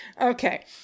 okay